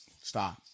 stop